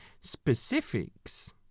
specifics